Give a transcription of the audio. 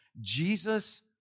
Jesus